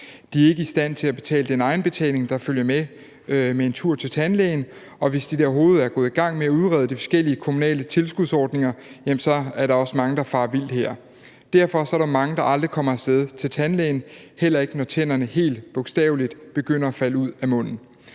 De er ikke i stand til at betale den egenbetaling, der følger med en tur til tandlægen, og hvis de da overhovedet er gået i gang med at udrede de forskellige kommunale tilskudsordninger, er der også mange, der farer vild her. Derfor er der mange, der aldrig kommer af sted til tandlægen, heller ikke når tænderne helt bogstaveligt begynder at falde ud af munden.